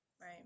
Right